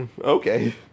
Okay